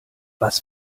was